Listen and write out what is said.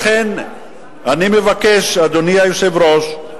לכן אני מבקש, אדוני היושב-ראש,